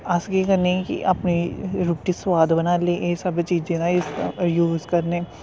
अस केह् करने कि अपनी रुट्टी सोआद बनाने लेई एह् सब चीजें दा ज़ूस करने